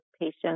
patients